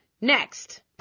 Next